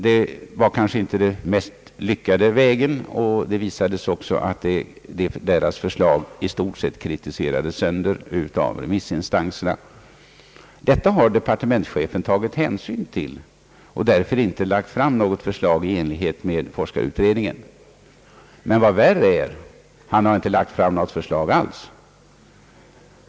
Den som kanske inte fram till den mest lyckade lösningen och det visade sig också att dess förslag i stort sett kritiserades sönder av remissinstanserna. Detta har departementschefen tagit hänsyn till och därför inte lagt fram något förslag i enlighet med forskarutredningens riktlinjer. Men, vad värre är, han har inte lagt fram något förslag alls!